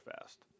fast